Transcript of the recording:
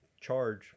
charge